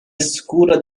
escura